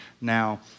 now